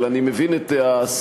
אבל אני מבין את הסיבות,